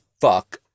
fuck